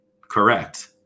correct